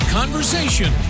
conversation